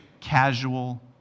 casual